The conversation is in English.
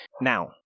Now